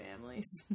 families